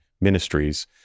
ministries